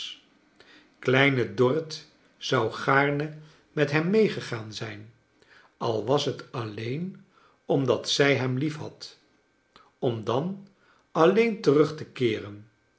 kleine dorrit zou gaarne met hem meegegaan zijn al was het alleen omdat zij hem liefhad om dan alleen terug te keeren